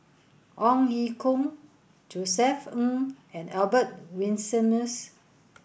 Ong Ye Kung Josef Ng and Albert Winsemius